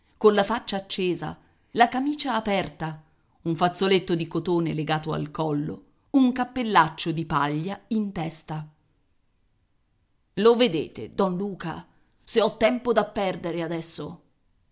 voce colla faccia accesa la camicia aperta un fazzoletto di cotone legato al collo un cappellaccio di paglia in testa lo vedete don luca se ho tempo da perdere adesso